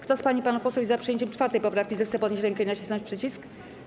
Kto z pań i panów posłów jest za przyjęciem 4. poprawki, zechce podnieść rękę i nacisnąć przycisk.